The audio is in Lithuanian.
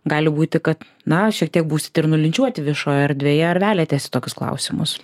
gali būti kad na šiek tiek būsit ir nulinčiuoti viešoj erdvėje ar veliatės į tokius klausimus